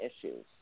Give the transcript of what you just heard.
issues